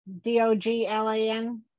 D-O-G-L-A-N